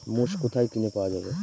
মোষ কোথায় কিনে পাওয়া যাবে?